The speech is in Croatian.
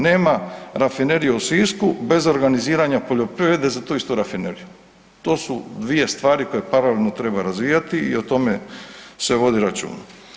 Nema rafinerije u Sisku bez organiziranja poljoprivrede za tu istu rafineriju, to su dvije stvari koje paralelno treba razvijati i o tome se vodi računa.